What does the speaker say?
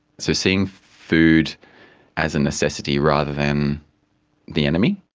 so seeing food as a necessity rather than the enemy.